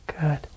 Good